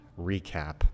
recap